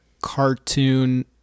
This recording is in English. cartoon